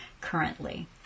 currently